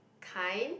kind